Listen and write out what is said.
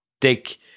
take